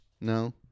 No